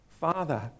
father